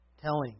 telling